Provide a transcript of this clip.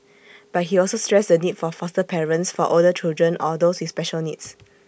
but he also stressed the need for foster parents for older children or those with special needs